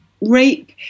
rape